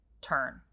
turn